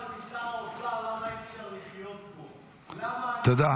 צריכה להיות כזאת --- לא צריך לדייק אותו --- מאה אחוז,